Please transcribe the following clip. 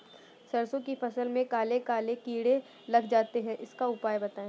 सरसो की फसल में काले काले कीड़े लग जाते इसका उपाय बताएं?